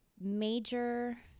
major